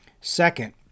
Second